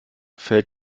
fährt